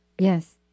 Yes